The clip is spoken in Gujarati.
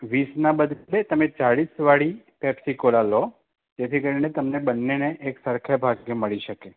વીસના બદલે તમે ચાળીસવાળી પેપ્સીકોલા લો જેથી કરીને તમને બંનેને એક સરખે ભાગે મળી શકે